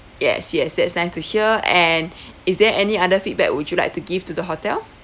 yes yes that's nice to hear and is there any other feedback would you like to give to the hotel